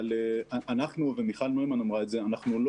אבל אנחנו ומיכל נוימן אמרה את זה אנחנו לא